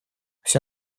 все